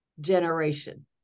generation